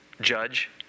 judge